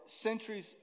centuries